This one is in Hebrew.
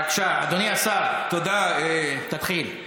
בבקשה, אדוני השר, תתחיל.